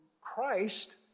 Christ